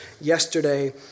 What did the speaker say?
yesterday